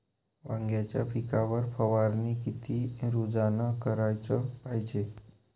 वांग्याच्या पिकावर फवारनी किती रोजानं कराच पायजे?